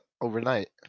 overnight